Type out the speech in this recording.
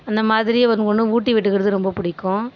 அந்த மாதிரி ஒன்று ஒன்று ஊட்டி விட்டுக்கிறது ரொம்ப பிடிக்கும்